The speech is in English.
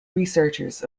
researchers